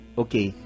okay